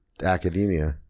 academia